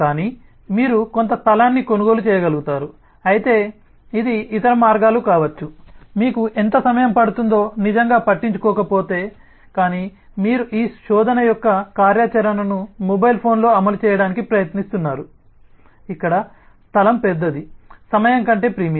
కానీ మీరు కొంత స్థలాన్ని కొనుగోలు చేయగలుగుతారు అయితే ఇది ఇతర మార్గాలు కావచ్చు మీకు ఎంత సమయం పడుతుందో నిజంగా పట్టించుకోకపోతే కానీ మీరు ఈ శోధన యొక్క కార్యాచరణను మొబైల్ ఫోన్లో అమలు చేయడానికి ప్రయత్నిస్తున్నారు ఇక్కడ స్థలం పెద్దది సమయం కంటే ప్రీమియం